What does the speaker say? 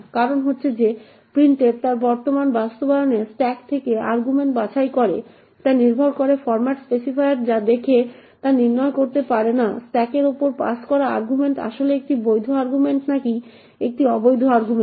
কারণ হচ্ছে যে printf তার বর্তমান বাস্তবায়নে স্ট্যাক থেকে আর্গুমেন্ট বাছাই করে তা নির্ভর করে ফরম্যাট স্পেসিফায়ারে যা দেখে তা নির্ণয় করতে পারে না স্ট্যাকের উপর পাস করা আর্গুমেন্ট আসলেই একটি বৈধ আর্গুমেন্ট নাকি একটি অবৈধ আর্গুমেন্ট